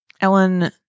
Ellen